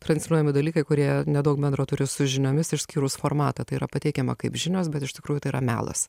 transliuojami dalykai kurie nedaug bendro turi su žiniomis išskyrus formatą tai yra pateikiama kaip žinios bet iš tikrųjų tai yra melas